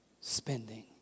spending